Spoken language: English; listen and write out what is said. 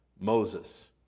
Moses